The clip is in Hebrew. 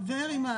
שר"מ עובר.